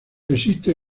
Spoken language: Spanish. existe